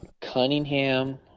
Cunningham